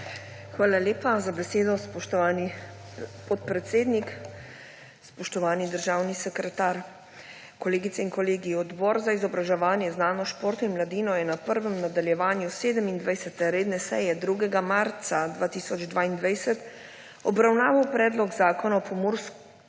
Hvala lepa za besedo, spoštovani podpredsednik. Spoštovani državni sekretar, kolegice in kolegi! Odbor za izobraževanje, znanost, šport in mladino je na prvem nadaljevanju 27. redne seje 2. marca 2022 obravnaval Predlog zakona o Pomurski